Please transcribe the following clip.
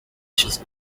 ishize